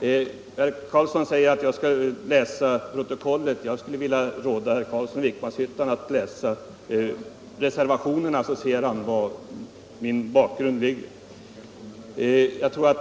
inlägg. Herr Carlsson säger att jag skall läsa protokollet. Jag skulle vilja råda herr Carlsson i Vikmanshyttan att läsa reservationerna, så ser han bakgrunden till mitt resonemang.